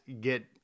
get